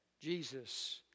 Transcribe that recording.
Jesus